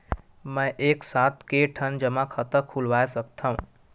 मैं एक साथ के ठन जमा खाता खुलवाय सकथव?